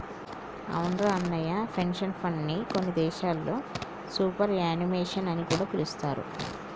అవునురా అన్నయ్య పెన్షన్ ఫండ్ని కొన్ని దేశాల్లో సూపర్ యాన్యుమేషన్ అని కూడా పిలుస్తారు